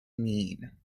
mean